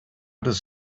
does